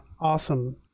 awesome